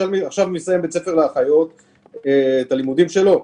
עכשיו מסיים בית הספר לאחיות את הלימודים שלו,